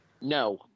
No